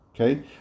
Okay